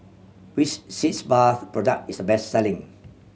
which Sitz Bath product is the best selling